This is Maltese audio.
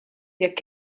jekk